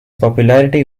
popularity